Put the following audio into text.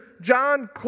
John